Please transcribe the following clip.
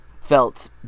felt